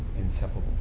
inseparable